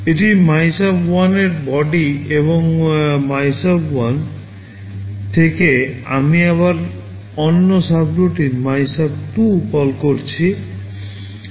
এটি MYSUB1 এর body এবং MYSUB1 থেকে আমি আবার অন্য সাবরুটিন MYSUB2 কল করছি